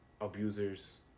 abusers